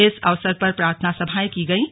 इस अवसर पर प्रार्थना सभाएं की गईं